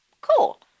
Cool